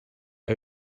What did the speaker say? out